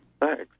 Thanks